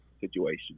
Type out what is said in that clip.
situation